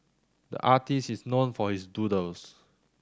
the artist is known for his doodles